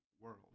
world